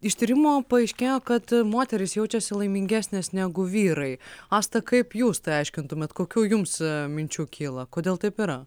iš tyrimo paaiškėjo kad moterys jaučiasi laimingesnės negu vyrai asta kaip jūs tai aiškintumėt kokių jums minčių kyla kodėl taip yra